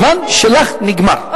הזמן שלך נגמר.